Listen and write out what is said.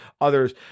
others